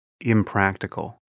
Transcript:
impractical